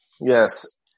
Yes